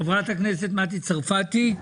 חברת הכנסת מטי צרפתי.